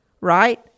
right